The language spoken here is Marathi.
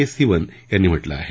एस सिवन यांनी म्हटलं आहे